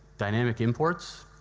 dynamic imports,